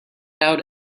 out